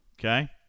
Okay